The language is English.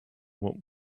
what